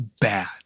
bad